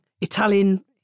Italian